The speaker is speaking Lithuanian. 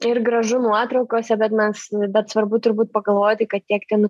ir gražu nuotraukose bet mes bet svarbu turbūt pagalvoti kad tiek ten